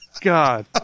God